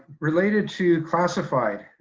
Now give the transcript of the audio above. related to classified,